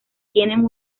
tienen